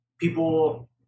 People